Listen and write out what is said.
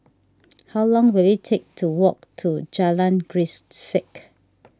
how long will it take to walk to Jalan Grisek